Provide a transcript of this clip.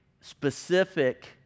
specific